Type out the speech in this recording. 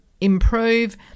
improve